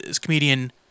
comedian